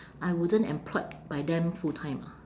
I wasn't employed by them full-time ah